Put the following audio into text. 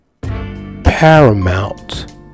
paramount